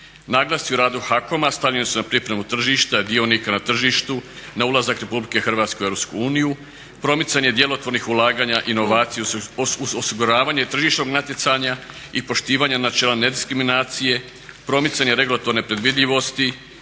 Naglasci u radu HAKOM-a stavljeni su na pripremu tržišta, dionika na tržištu, na ulazak RH u EU, promicanje djelotvornih ulaganja, inovaciju uz osiguravanje tržišnog natjecanja i poštivanja načela nediskriminacije, promicanje regulatorne predvidljivosti,